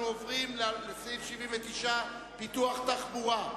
אנחנו עוברים לסעיף 79, פיתוח התחבורה.